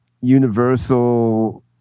universal